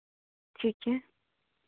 ठीक है